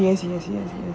yes yes yes yes